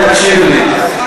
חמישה חברים.